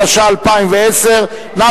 התשע"א 2010. נא